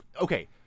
Okay